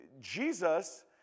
Jesus